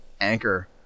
anchor